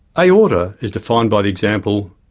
aorta is defined by the example,